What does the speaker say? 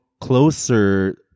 closer